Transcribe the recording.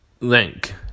link